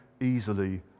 easily